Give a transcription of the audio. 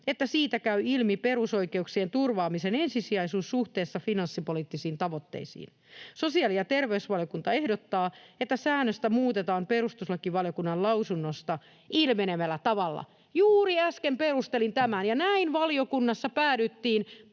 että siitä käy ilmi perusoikeuksien turvaamisen ensisijaisuus suhteessa finanssipoliittisiin tavoitteisiin. Sosiaali- ja terveysvaliokunta ehdottaa, että säännöstä muutetaan perustuslakivaliokunnan lausunnosta ilmenevällä tavalla.” Juuri äsken perustelin tämän, ja näin valiokunnassa päädyttiin